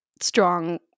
strong